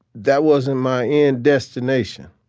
that wasn't my end destination.